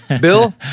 Bill